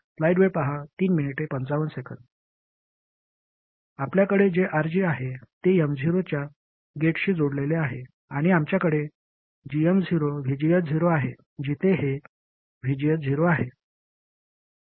आपल्याकडे जे RG आहे ते M0 च्या गेटशी जोडलेले आहे आणि आमच्याकडे gm0VGS0 आहे जिथे हे VGS0 आहे